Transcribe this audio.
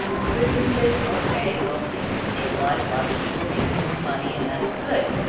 the good news is, ok. well, things have stabilized. a lot of people are making more money, and that's good.